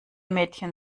mädchen